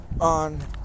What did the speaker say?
on